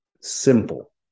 simple